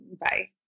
Bye